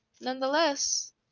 Nonetheless